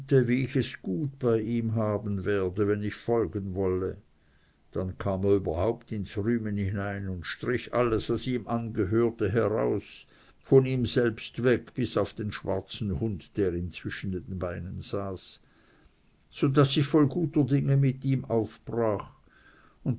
wie ich es gut bei ihm haben werde wenn ich folgen wolle dann kam er überhaupt ins rühmen hinein und strich alles was ihm angehörte heraus von ihm selbst weg bis auf den schwarzen hund der ihm zwischen den beinen saß so daß ich voll guter dinge mit ihm aufbrach